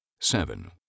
Seven